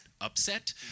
upset